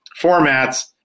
formats